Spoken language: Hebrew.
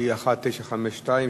שהיא 1952,